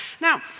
Now